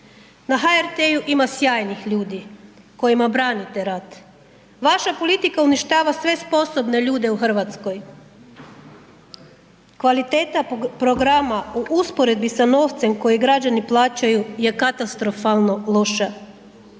Na HRT-u ima sjajnih ljudi kojima branite rad, vaša politika uništava sve sposobne ljude u RH, kvaliteta programa u usporedbi sa novcem koji građani plaćaju je katastrofalno loša,